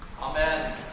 Amen